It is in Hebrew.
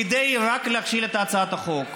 רק כדי להכשיל את הצעת החוק.